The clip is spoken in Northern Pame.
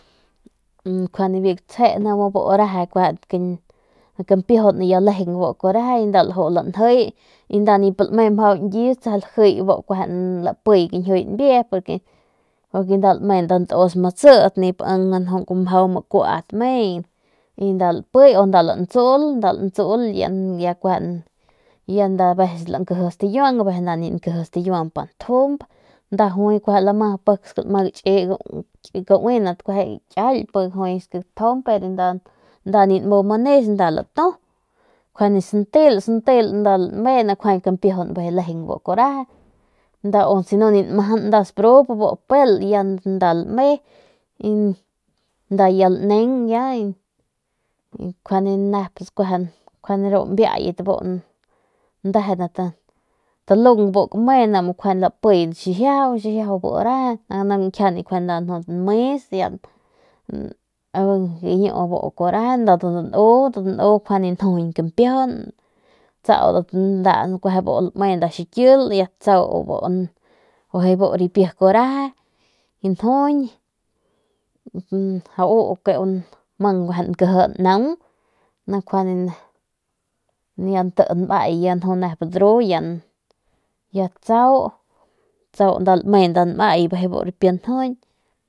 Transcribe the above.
Njuande biu gutsje ni mu kuaju reje kampiujun lejeng bu kuaju reje nda laju lanjiy y nda nip lame mjau ñkis nda lajiy y nda lajiy kañjiu mbie nda nip lame mjau ñkis matsit y nda lantsul y vevces nda lankiji stikiuang veces ya me nda pik lama gachi hospital y si nda ni nmu manes nda latu kjuande biu santel ni nkjuande nda lame ni kampiujun bijiy bu kuaju reje si nda ni nmajan bu sparu nda kueje laneng bu ndejenat talung bu kame ni lapiy xijiaju ni bu reje y lañkjiade njuande nmes ni bu kuaju reje biu danu ni kjuande naundat mbiayat tsaudat nau lame nda xikil ya tsau biji rapi kuaju reje y njujuñ auu ke u mang nkiji naung ni kjuande nti may kjuande dru ya tsau lame nda nmay bijiy bu rapi njujuñ.